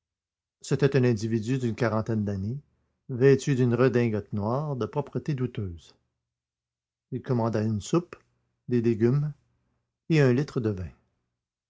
c'était un individu d'une quarantaine d'années vêtu d'une redingote noire de propreté douteuse il commanda une soupe des légumes et un litre de vin